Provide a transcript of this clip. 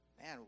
man